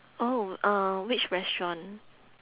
oh uh which restaurant